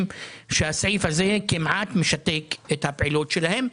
שהסעיף הזה כמעט משתק את הפעילות שלהם.